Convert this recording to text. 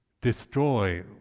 destroy